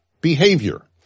behavior